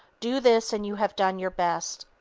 do this and you have done your best.